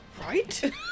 Right